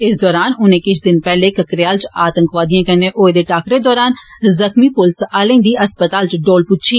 इस दौरान उनें किश दिन पैहले ककरेयाल च आतंकवादिएं कन्नै होए दे टाक्करे दौरान जख्मी पुलस आह्लें दी अस्पताल च डौल पुच्छी